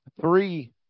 Three